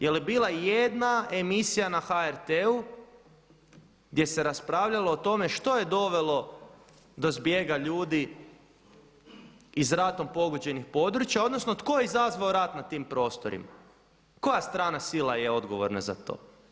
Je li bila i jedna emisija na HRT-u gdje se raspravljalo o tome što je dovelo do zbjega ljudi iz ratom pogođenih područja odnosno tko je izazvao rat na tim prostorima, koja strana sila je odgovorna za to.